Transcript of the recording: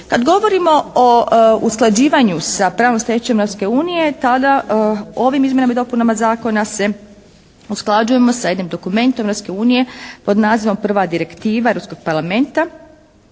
Kada govorimo o usklađivanju sa pravnom stečevinom Europske unije tada ovim izmjenama i dopunama zakona se usklađujemo sa jednim dokumentom Europske unije pod nazivom prva direktiva europskog parlamenta,